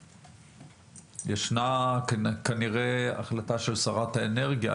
ישנה כנראה החלטה של שרת האנרגיה,